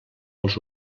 als